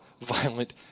violent